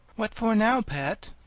what for now, pet?